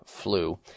flu